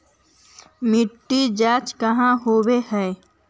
मिट्टी जाँच कहाँ होव है?